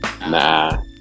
Nah